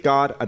God